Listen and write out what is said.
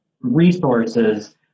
resources